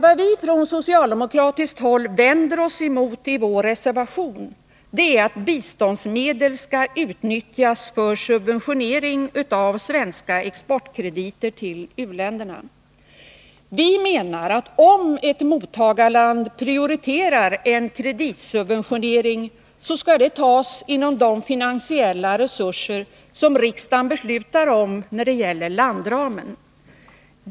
Vad vi från socialdemokratiskt håll vänder oss emot i vår reservation är att biståndsmedel utnyttjas för subventionering av svenska exportkrediter till u-länderna. Vi menar att om ett mottagarland prioriterar en kreditsubventionering, så skall medlen tas inom de finansiella resurser som riksdagen beslutar om när det gäller landramen.